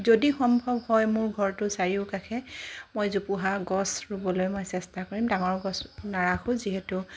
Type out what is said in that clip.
যদি সম্ভৱ হয় মোৰ ঘৰটোৰ চাৰিওকাষে মই জোপোহা গছ ৰুবলৈ মই চেষ্টা কৰিম ডাঙৰ গছ নাৰাখোঁ যিহেতু